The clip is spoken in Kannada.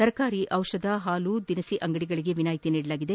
ತರಕಾರಿ ಔಷಧಿ ಹಾಲು ದಿನಸಿ ಅಂಗಡಿಗಳಿಗೆ ವಿನಾಯಿತಿ ನೀಡಲಾಗಿದೆ